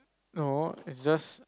no it's just